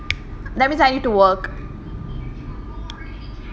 that means I need to work